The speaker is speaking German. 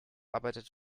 arbeitet